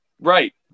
Right